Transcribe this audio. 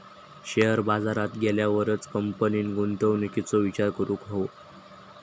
share बाजारात गेल्यावरच कंपनीन गुंतवणुकीचो विचार करूक हवो